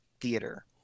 theater